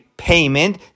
Payment